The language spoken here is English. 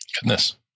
goodness